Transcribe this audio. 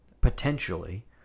potentially